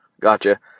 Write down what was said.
Gotcha